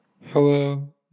Hello